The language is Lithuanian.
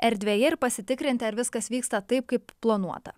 erdvėje ir pasitikrinti ar viskas vyksta taip kaip planuota